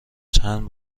چند